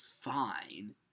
fine